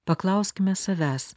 paklauskime savęs